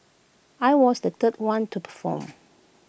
I was the third one to perform